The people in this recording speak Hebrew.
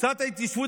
משרד ההתיישבות,